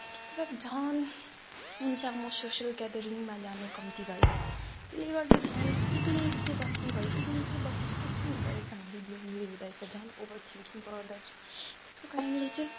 त्यसको बाद झन् हुन्छ म सोसियल ग्यादरिङमा जानु कम्ती भयो त्यसले गर्दा झन् एक्लै एक्लै बस्ने भएँ एक्लै एक्लै बसेपछि के हुँदो रहेछ भन्दाखेरि लोन्ली हुँदो रहेछ झन् ओभर थिङ्किङ बढाउँदो रहेछ त्यसको कारणले चाहिँ